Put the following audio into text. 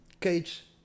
cage